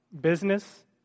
business